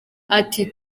ati